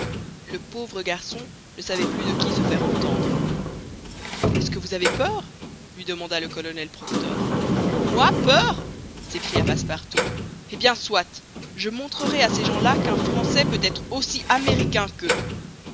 le pauvre garçon ne savait plus de qui se faire entendre est-ce que vous avez peur lui demanda le colonel proctor moi peur s'écria passepartout eh bien soit je montrerai à ces gens-là qu'un français peut être aussi américain qu'eux